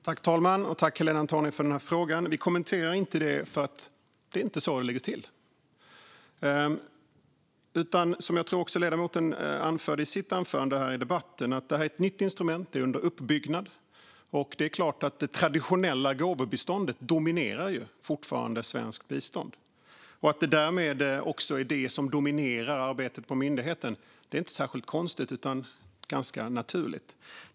Fru talman! Tack, Helena Antoni, för frågan! Vi kommenterar inte det därför att det inte är så det ligger till. Som jag också tror att ledamoten anförde i debatten är detta ett nytt instrument som är under uppbyggnad. Det är klart att det traditionella gåvobiståndet fortfarande dominerar svenskt bistånd. Att det därmed också är det som dominerar arbetet på myndigheten är inte särskilt konstigt utan ganska naturligt.